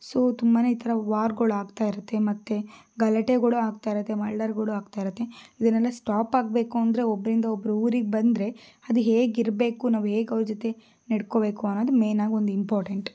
so ತುಂಬ ಈ ಥರ ವಾರ್ಗಳಾಗ್ತಾ ಇರತ್ತೆ ಮತ್ತು ಗಲಾಟೆಗಳು ಆಗ್ತಾ ಇರತ್ತೆ ಮರ್ಡರ್ಗಳು ಆಗ್ತಾ ಇರತ್ತೆ ಇದನ್ನೆಲ್ಲ ಸ್ಟಾಪ್ ಆಗಬೇಕು ಅಂದರೆ ಒಬ್ಬರಿಂದ ಒಬ್ಬರು ಊರಿಗೆ ಬಂದರೆ ಅದು ಹೇಗೆ ಇರಬೇಕು ನಾವು ಹೇಗೆ ಅವರ ಜೊತೆ ನಡ್ಕೋಬೇಕು ಅನ್ನೋದು ಮೇಯ್ನ್ ಆಗಿ ಒಂದು ಇಂಪಾರ್ಟೆಂಟ್